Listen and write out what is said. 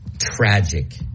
tragic